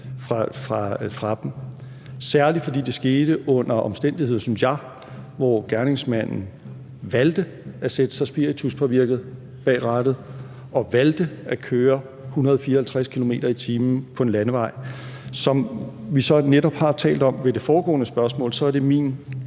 jeg, fordi det skete under omstændigheder, hvor gerningsmanden valgte at sætte sig spirituspåvirket bag rattet og valgte at køre 154 km/t. på en landevej. Som vi så netop har talt om ved det foregående spørgsmål, er det min